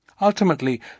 Ultimately